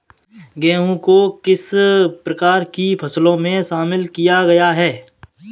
गेहूँ को किस प्रकार की फसलों में शामिल किया गया है?